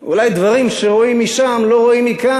אולי דברים שרואים משם לא רואים מכאן,